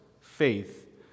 faith